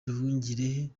nduhungirehe